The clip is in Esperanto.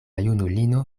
junulino